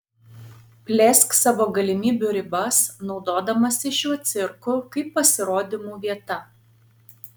plėsk savo galimybių ribas naudodamasi šiuo cirku kaip pasirodymų vieta